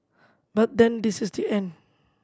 but then this is the end